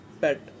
pet